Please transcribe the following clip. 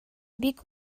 бик